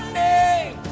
name